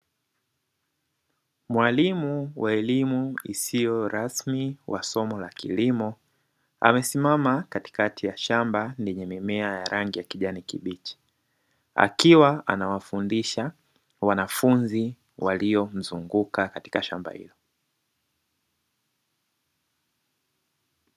Mwalimu wa elimu isiyo rasmi wa somo la kilimo amesimama katikati ya shamba lenye mimea ya rangi ya kijani kibichi. Akiwa anawafundisha wanafunzi waliomzunguka katika shamba hilo.